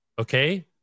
okay